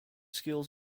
skills